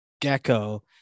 gecko